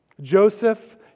Joseph